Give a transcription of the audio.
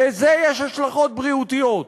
לזה יש השלכות בריאותיות.